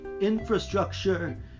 infrastructure